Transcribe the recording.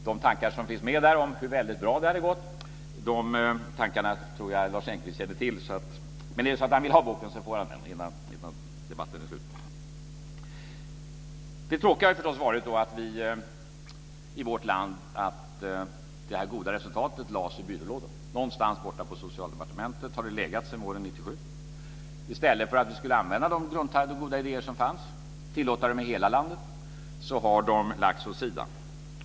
De tankar som finns med där om hur väldigt bra det gått tror jag att Lars Engqvist känner till. Men är det så att han vill ha boken så får han den innan debatten är slut. Det tråkiga i vårt land har förstås varit att det här goda resultatet lades i byrålådan. Någonstans borta på Socialdepartementet har det legat sedan våren 1997. I stället för att använda de goda idéer som fanns och tillåta dem i hela landet har man lagt dem åt sidan.